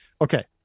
okay